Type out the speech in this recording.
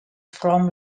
from